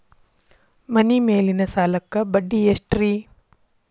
ಮನಿ ಮೇಲಿನ ಸಾಲಕ್ಕ ಬಡ್ಡಿ ಎಷ್ಟ್ರಿ?